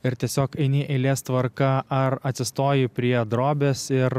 ir tiesiog eini eilės tvarka ar atsistoji prie drobės ir